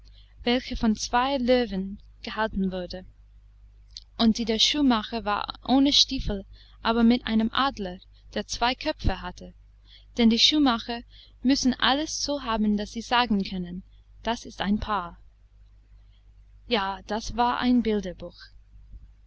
welche von zwei löwen gehalten wurde und die der schuhmacher war ohne stiefel aber mit einem adler der zwei köpfe hatte denn die schuhmacher müssen alles so haben daß sie sagen können das ist ein paar ja das war ein bilderbuch